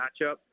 matchup